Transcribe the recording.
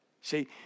See